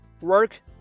Work